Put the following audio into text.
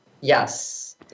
Yes